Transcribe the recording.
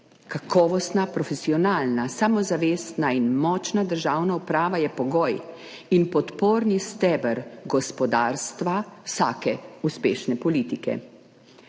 Kakovostna, profesionalna, samozavestna in močna državna uprava je pogoj in podporni steber gospodarstva vsake uspešne politike.